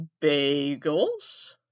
Bagels